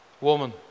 Woman